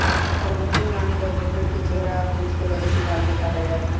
crutching में आमतौर पर भेड़ के चेहरा आ पूंछ के लगे के बाल के काटल जाला